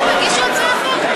לא, תגישו הצעה אחרת.